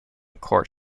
court